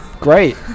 Great